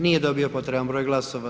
Nije dobio potreban broj glasova.